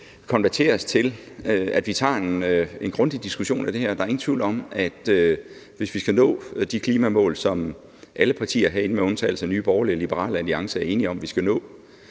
konverteres til, at vi tager en grundig diskussion af det her. Der er ingen tvivl om, at hvis vi skal nå de klimamål, som alle partier herinde, med undtagelse af Nye Borgerlige og Liberal Alliance, er enige om vi skal nå,